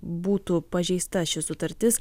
būtų pažeista ši sutartis